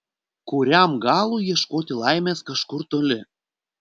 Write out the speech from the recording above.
kuriam galui ieškoti laimės kažkur toli